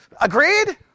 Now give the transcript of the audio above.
Agreed